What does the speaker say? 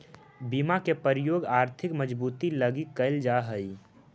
बीमा के प्रयोग आर्थिक मजबूती लगी कैल जा हई